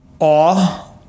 Awe